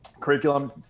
curriculum